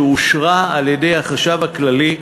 שאושרה על-ידי החשב הכללי,